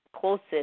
closest